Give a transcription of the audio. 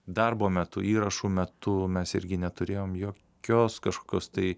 darbo metu įrašų metu mes irgi neturėjom jokios kažkokios tai